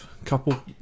Couple